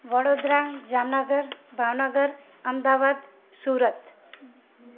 Vadodara Jamnagar Bhavnagar Ahmedabad Surat